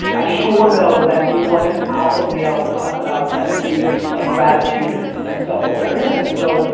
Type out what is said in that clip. i sure know that it wasn't alpha male to talk about empathy and gratitude and self-awareness. and so,